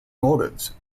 motives